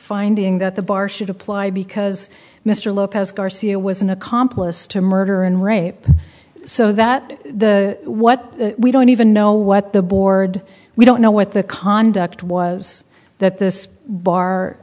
finding that the bar should apply because mr lopez garcia was an accomplice to murder and rape so that the what we don't even know what the board we don't know what the conduct was that this bar